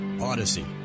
Odyssey